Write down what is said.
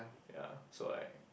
ya so like